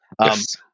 Yes